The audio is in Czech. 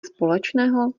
společného